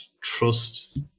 trust